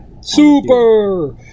Super